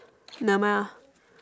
nevermind lah